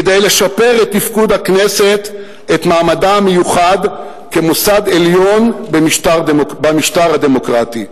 "כדי לשפר את תפקוד הכנסת ואת מעמדה המיוחד כמוסד עליון במשטר הדמוקרטי,